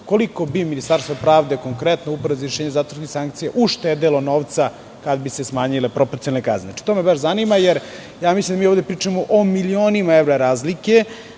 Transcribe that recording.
Koliko bi Ministarstvo pravde, konkretno Uprava za izvršenje zatvorskih sankcija, uštedelo novca, kada bi se smanjile proporcionalne kazne? To me baš zanima, jer mislim da mi ovde pričamo o milionima evra razlike,